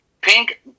pink